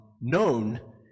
known